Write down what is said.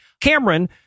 Cameron